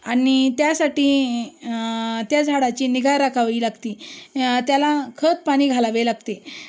आणि त्यासाठी त्या झाडाची निगा राखावी लागती त्याला खत पाणी घालावे लागते